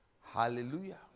Hallelujah